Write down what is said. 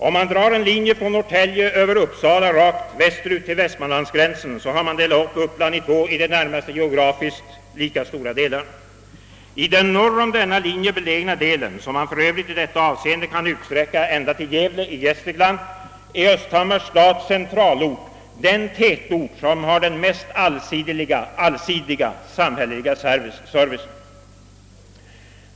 Om man drar en linje från Norrtälje över Uppsala och rakt västerut till västmanlandsgränsen har man delat Uppland i två i det närmaste geografiskt lika stora delar. I den norr om denna linje belägna delen, som man för övrigt i detta avseende kan utsträcka ända till Gävle i Gästrikland, är Östhammars centralort den tätort som har mest allsidig samhällelig service.